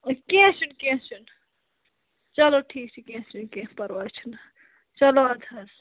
کیٚنٛہہ چھُنہٕ کیٚنٛہہ چھُنہٕ چلو ٹھیٖک چھُ کیٚنٛہہ چھُنہٕ کیٚنٛہہ پَرواے چھُنہٕ چلو اَدٕ حظ